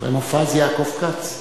אחרי מופז, יעקב כץ.